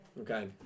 Okay